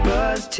Buzz